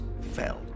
Fell